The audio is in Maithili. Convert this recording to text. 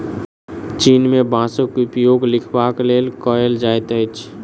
चीन में बांसक उपयोग लिखबाक लेल कएल जाइत अछि